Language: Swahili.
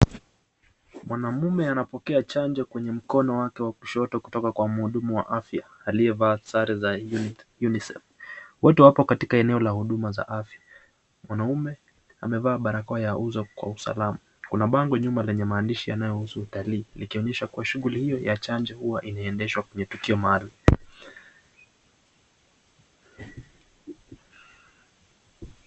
Mwanaume anapokea chanjo kwa mkono wake wa kushoto kutoka kwa mhudumu wa afye aliyevaa sare za UNICEF wote wako katika eneo za huduma ya afya, mwanaume amevaa barakoa kwa uso kwa usalama, kuna bango nyuma yenye maaandishi yanayohusu utalii, likonyesha kuwa shughuli hio ya chanjo hua inaendeshwa kwenye tukioa maalum.